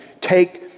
take